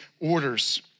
orders